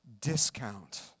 discount